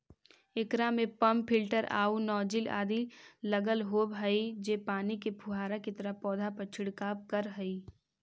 एकरा में pump filter आउ नॉजिल आदि लगल होवऽ हई जे पानी के फुहारा के तरह पौधा पर छिड़काव करऽ हइ